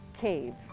Caves